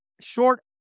short